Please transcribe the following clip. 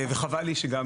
חבל לי שגם